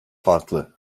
farklı